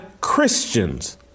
Christians